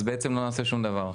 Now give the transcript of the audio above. אז בעצם לא נעשה שום דבר.